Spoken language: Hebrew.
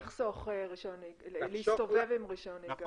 זה כן יחסוך להסתובב עם רישיון נהיגה.